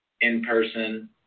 in-person